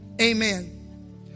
amen